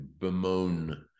bemoan